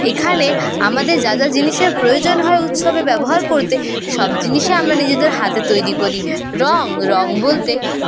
এখানে আমাদের যা যা জিনিসের প্রয়োজন হয় উৎসবে ব্যবহার করতে সব জিনিসে আমরা নিজেদের হাতে তৈরি করি রঙ রঙ বলতে